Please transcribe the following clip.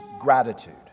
gratitude